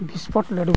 ᱵᱤᱥᱯᱚᱴ ᱞᱟᱰᱩ